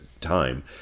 time